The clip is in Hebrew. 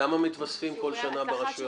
כמה מתווספים בכל שנה ברשויות?